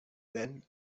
then